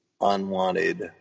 unwanted